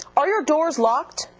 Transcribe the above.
are your doors locked?